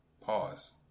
Pause